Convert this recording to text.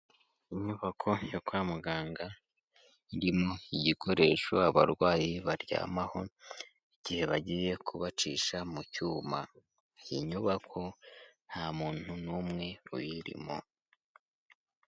Inyubako yo kwa muganga irimo igikoresho abarwayi baryamaho igihe bagiye kubacisha mu cyuma, iyi nyubako nta muntu n'umwe uyirimo.